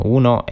uno